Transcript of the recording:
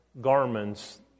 garments